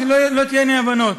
שלא תהיינה אי-הבנות: